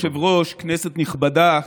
אדוני היושב-ראש, כנסת נכבדה,